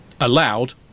Allowed